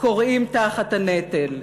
כורעים תחת הנטל.